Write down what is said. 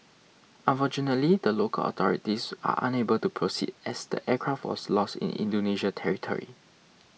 unfortunately the local authorities are unable to proceed as the aircraft was lost in Indonesia territory